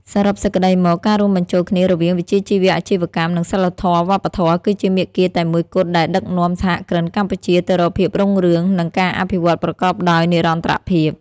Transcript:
សរុបសេចក្ដីមក ការរួមបញ្ចូលគ្នារវាងវិជ្ជាជីវៈអាជីវកម្ម និងសីលធម៌វប្បធម៌ គឺជាមាគ៌ាតែមួយគត់ដែលដឹកនាំសហគ្រិនកម្ពុជាទៅរកភាពរុងរឿង និងការអភិវឌ្ឍប្រកបដោយនិរន្តរភាព។